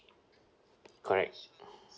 correct